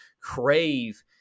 crave